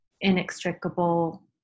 inextricable